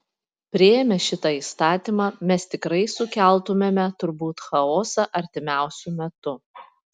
priėmę šitą įstatymą mes tikrai sukeltumėme turbūt chaosą artimiausiu metu